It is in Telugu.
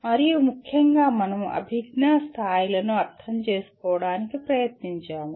మరియు ముఖ్యంగా మనం అభిజ్ఞా స్థాయిలను అర్థం చేసుకోవడానికి ప్రయత్నించాము